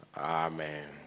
Amen